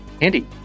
Andy